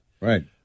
Right